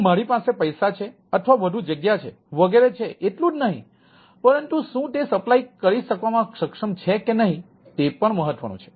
તો મારી પાસે પૈસા છે અથવા વધુ જગ્યા વગેરે છે એટલું જ નહીં પરંતુ શું તે સપ્લાય કરી શકવામાં સક્ષમ છે કે નહિ તે પણ મહત્વનું છે